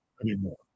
anymore